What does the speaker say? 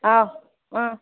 ആ ആ